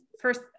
first